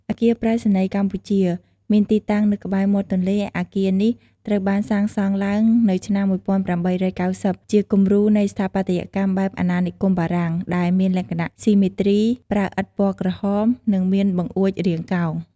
អគារប្រៃសណីយ៍កម្ពុជា មានទីតាំងនៅក្បែរមាត់ទន្លេ អគារនេះត្រូវបានសាងសង់ឡើងនៅឆ្នាំ ១៨៩០ ជាគំរូនៃស្ថាបត្យកម្មបែបអាណានិគមបារាំង ដែលមានលក្ខណៈស៊ីមេទ្រី ប្រើឥដ្ឋពណ៌ក្រហម និងមានបង្អួចរាងកោង។